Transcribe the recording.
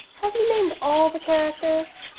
have you named all the characters?